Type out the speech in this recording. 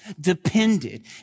depended